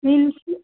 meals